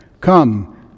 Come